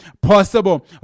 possible